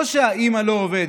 לא שהאימא לא עובדת.